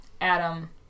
Adam